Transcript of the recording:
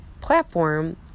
platform